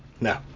No